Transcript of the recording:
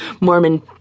Mormon